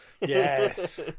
yes